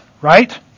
right